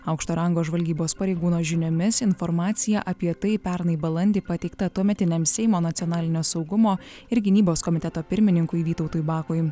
aukšto rango žvalgybos pareigūno žiniomis informacija apie tai pernai balandį pateikta tuometiniam seimo nacionalinio saugumo ir gynybos komiteto pirmininkui vytautui bakui